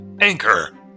Anchor